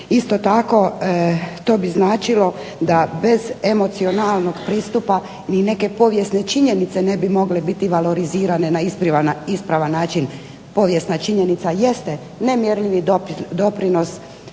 Isto tako, to bi značilo da bez emocionalnog pristupa ni neke povijesne činjenice ne bi mogle biti valorizirane na ispravan način. Povijesna činjenica jeste nemjerljivi doprinos